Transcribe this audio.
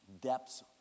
depths